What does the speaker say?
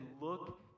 look